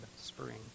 Spring